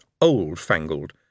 old-fangled